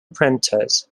printers